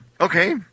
Okay